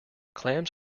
clams